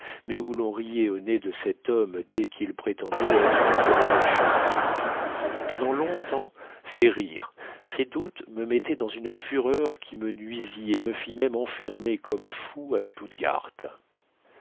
mais où l'on riait au nez de cet homme dès qu'il prétendait être le colonel chabert pendant long-temps ces rires ces doutes me mettaient dans une fureur qui me nuisit et me fit même enfermer comme fou à